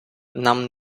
нам